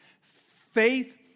Faith